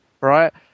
Right